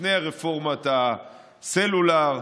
לפני רפורמת הסלולר,